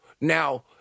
Now